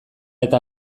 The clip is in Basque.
eta